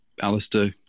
Alistair